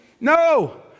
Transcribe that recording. No